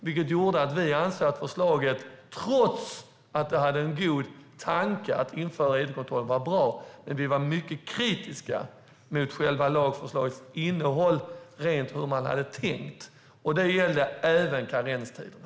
Det gjorde att vi, trots att vi tyckte att tanken var god och att det var bra att införa id-kontroller, var mycket kritiska mot lagförslagets innehåll och hur man hade tänkt. Det gällde även karenstiderna.